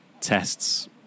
Tests